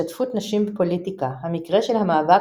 השתתפות נשים בפוליטיקה המקרה של המאבק